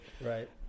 Right